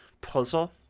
puzzle